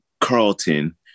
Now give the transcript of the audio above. Carlton